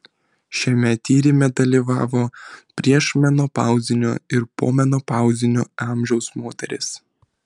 šiame tyrime dalyvavo priešmenopauzinio ir pomenopauzinio amžiaus moterys